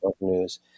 news